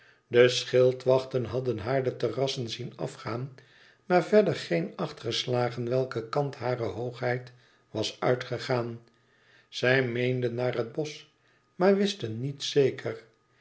de schildwachten hadden haar de terrassen zien afgaan maar verder geen acht geslagen welken kant hare hoogheid was uitgegaan zij meenden naar het bosch maar wisten niet zeker